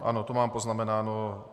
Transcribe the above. Ano, to mám poznamenáno.